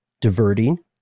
diverting